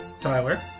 Tyler